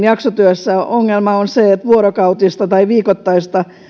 jaksotyössä ongelma on se että vuorokautista tai viikoittaista